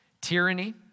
Tyranny